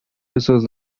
pessoas